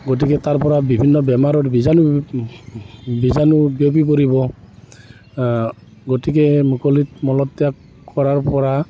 গতিকে তাৰপৰা বিভিন্ন বেমাৰৰ বীজাণু বীজাণু বিয়পি পৰিব গতিকে মুকলিত মলত্যাগ কৰাৰ পৰা